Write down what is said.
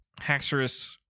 Haxorus